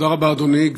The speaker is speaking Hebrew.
תודה רבה, אדוני.